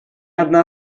одна